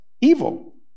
evil